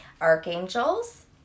archangels